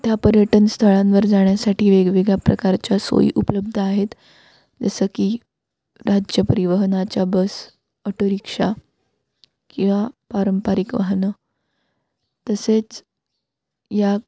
त्या पर्यटन स्थळांवर जाण्यासाठी वेगवेगळ्या प्रकारच्या सोयी उपलब्ध आहेत जसं की राज्य परिवहनाच्या बस ऑटोरिक्षा किंवा पारंपरिक वाहनं तसेच या